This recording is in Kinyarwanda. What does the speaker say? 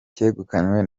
cyegukanywe